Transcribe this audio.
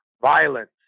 violence